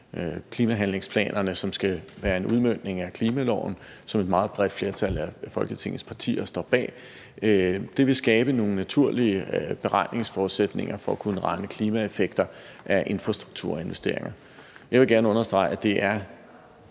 klimahandlingsplanerne, som skal være en udmøntning af klimaloven, som et meget bredt flertal af Folketingets partier står bag. Det vil skabe nogle naturlige beregningsforudsætninger for at kunne beregne klimaeffekter af infrastrukturinvesteringer. Jeg vil gerne understrege, at det er